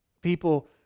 People